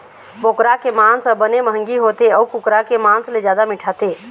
बोकरा के मांस ह बने मंहगी होथे अउ कुकरा के मांस ले जादा मिठाथे